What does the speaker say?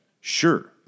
Sure